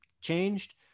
changed